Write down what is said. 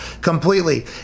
completely